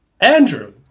andrew